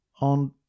on